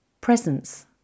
presence